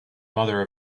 mother